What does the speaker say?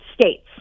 states